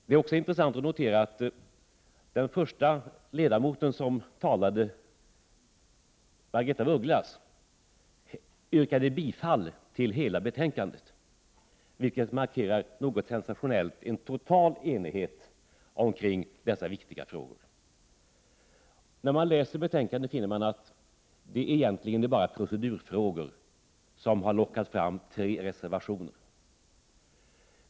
Det är också intressant att notera att den förste talaren, Margaretha af Ugglas, yrkade bifall till utskottets hemställan i sin helhet, vilket markerar någonting sensationellt: en total enighet omkring dessa viktiga frågor. När man läser betänkandet finner man att det egentligen bara är procedurfrågor som har lockat fram tre reservationer.